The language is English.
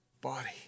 body